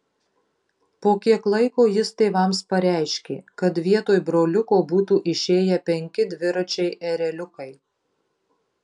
po kiek laiko jis tėvams pareiškė kad vietoj broliuko būtų išėję penki dviračiai ereliukai